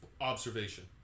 observation